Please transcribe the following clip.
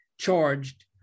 charged